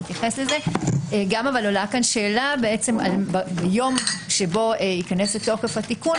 יתייחס אבל גם עולה פה שאלה ביום שבו ייכנס לתוקף התיקון,